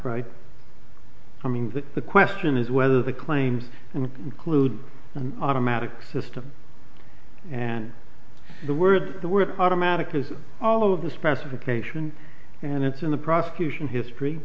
right i mean that the question is whether the claims and clued automatic system and the word the word automatic is all of the specification and it's in the prosecution history